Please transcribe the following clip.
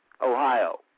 Ohio